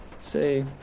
say